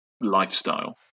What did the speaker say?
lifestyle